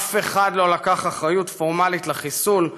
אף אחד לא לקח אחריות פורמלית לחיסול,